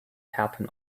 happen